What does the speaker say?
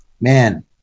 man